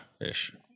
ish